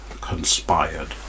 conspired